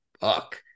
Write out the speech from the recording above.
fuck